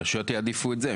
הרשויות יעדיפו את זה.